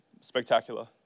Spectacular